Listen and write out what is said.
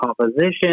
composition